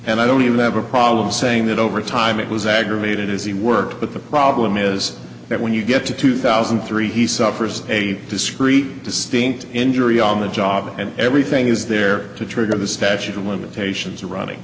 and i don't even have a problem saying that over time it was aggravated as he worked but the problem is that when you get to two thousand and three he suffers a discrete distinct injury on the job and everything is there to trigger the statute of limitations are running